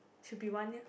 should be one year